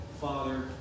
Father